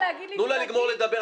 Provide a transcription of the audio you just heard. תנו לה לגמור לדבר.